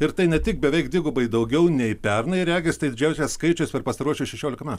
ir tai ne tik beveik dvigubai daugiau nei pernai regis tai didžiausias skaičius per pastaruosius šešiolika me